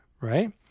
right